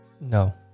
no